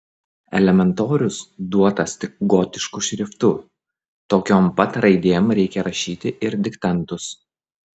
elementorius duotas tik gotišku šriftu tokiom pat raidėm reikia rašyti ir diktantus